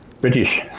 British